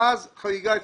אז החגיגה התחילה.